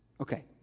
Okay